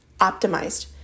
optimized